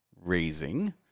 raising